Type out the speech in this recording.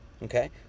Okay